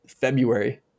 February